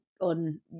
on